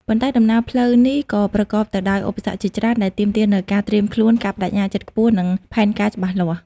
ប៉ុន្តែ ដំណើរផ្លូវនេះក៏ប្រកបទៅដោយឧបសគ្គជាច្រើនដែលទាមទារនូវការត្រៀមខ្លួន ការប្តេជ្ញាចិត្តខ្ពស់ និងផែនការច្បាស់លាស់។